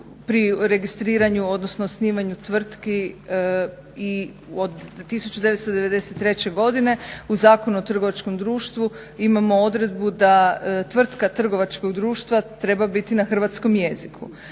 pri registriranju, odnosno osnivanju tvrtki i od 1993. godine u Zakonu o trgovačkom društvu imamo odredbu da tvrtka trgovačkog društva treba biti na hrvatskom jeziku.